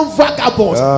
vagabonds